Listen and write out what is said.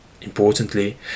Importantly